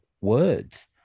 words